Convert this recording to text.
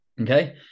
Okay